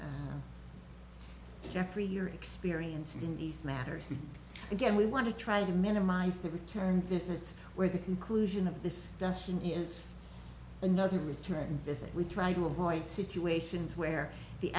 jeffrey your experience in these matters again we want to try to minimize the return visits where the conclusion of this is another return visit we try to avoid situations where the